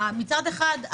מצד אחד,